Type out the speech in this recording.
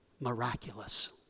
miraculous